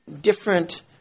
different